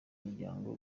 muryango